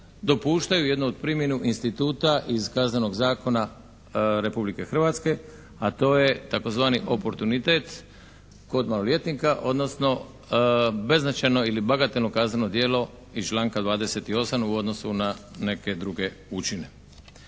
dopuštaju jedno od primjenu instituta iz Kaznenog zakona Republike Hrvatske a to je tzv. oportunitet kod maloljetnika, odnosno beznačajno ili bagatelno kazneno djelo iz članka 28. u odnosu na neke druge učine.